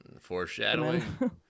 foreshadowing